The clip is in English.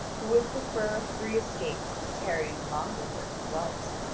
who would prefer a free escape to tarrying longer where he was.